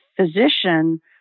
physician